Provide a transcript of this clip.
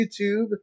YouTube